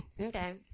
okay